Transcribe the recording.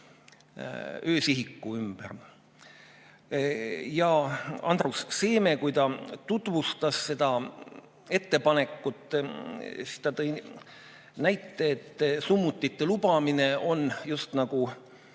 öösihiku ümber. Andrus Seeme, kui ta tutvustas seda ettepanekut, tõi näite, et summutite lubamine on just nagu